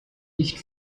nicht